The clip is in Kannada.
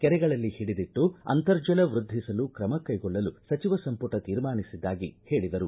ಕೆರೆಗಳಲ್ಲಿ ಹಿಡಿದಿಟ್ಟು ಅಂತರ್ಜಲ ವೃದ್ದಿಸಲು ಕ್ರಮ ಕೈಗೊಳ್ಳಲು ಸಚಿವ ಸಂಪುಟ ತೀರ್ಮಾನಿಸಿದ್ದಾಗಿ ಹೇಳಿದರು